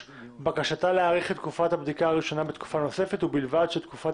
בקשתה להאריך את תקופת הבדיקה הראשונה בתקופה נוספת ובלבד שתקופת